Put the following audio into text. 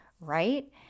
right